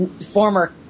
former